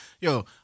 yo